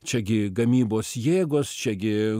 čiagi gamybos jėgos čiagi